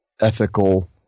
ethical